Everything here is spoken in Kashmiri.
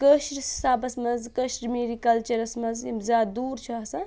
کٲشرِس حِسابَس منٛز کشمیٖری کَلچَرَس منٛز یِم زیادٕ دوٗر چھِ آسان